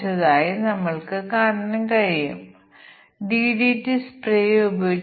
അല്ലെങ്കിൽ ഞങ്ങൾ ഈ മൂല്യങ്ങൾ ഇവിടെ അല്പം ക്രമീകരിക്കുന്നു